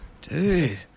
Dude